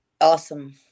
Awesome